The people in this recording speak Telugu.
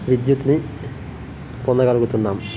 విద్యుత్ని పొందగలుగుతున్నాం